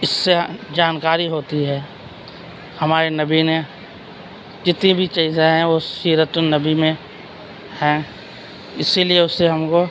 اس سے جانکاری ہوتی ہے ہمارے نبی نے جتنی بھی چیزیں ہیں وہ سیرتُ النبی میں ہیں اسی لیے اس سے ہم کو